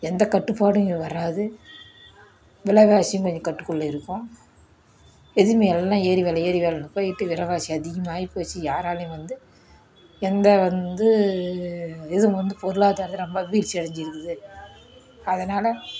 எந்த கட்டுப்பாடும் வராது விலைவாசியும் கொஞ்சம் கட்டுக்குள்ளே இருக்கும் எதுவுமே எல்லாம் ஏறி வில ஏறி போயிட்டு விலைவாசி அதிகமாகி போச்சு யாராலையும் வந்து எந்த வந்து எதுவும் வந்து பொருளாதாரத்தில் ரொம்ப வீழ்ச்சி அடைஞ்சிருக்குது அதனால்